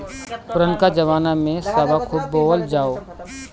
पुरनका जमाना में सावा खूब बोअल जाओ